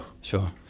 Sure